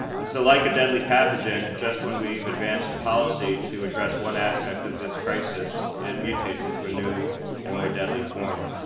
and so like a deadly pathogen, just when we've advanced policy to address one aspect of this crisis, it mutates into a new and more deadly form.